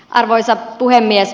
arvoisa puhemies